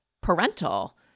parental